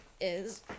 is-